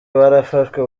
barafashwe